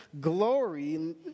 glory